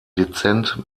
dezent